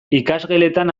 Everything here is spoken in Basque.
ikasgeletan